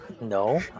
No